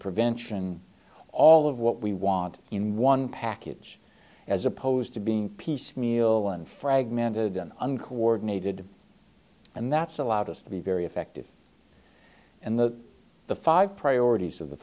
prevention all of what we want in one package as opposed to being piecemeal and fragmented and uncoordinated and that's allowed us to be very effective and that the five priorities of the